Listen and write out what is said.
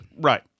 Right